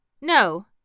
No